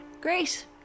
Great